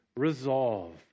Resolve